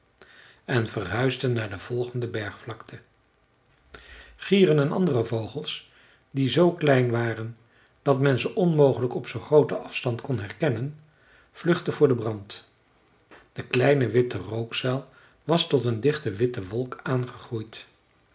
en verhuisden naar de volgende bergvlakte gieren en andere vogels die zoo klein waren dat men ze onmogelijk op zoo'n grooten afstand kon herkennen vluchtten voor den brand de kleine witte rookzuil was tot een dichte witte wolk aangegroeid